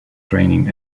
training